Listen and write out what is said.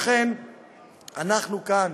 לכן אנחנו כאן,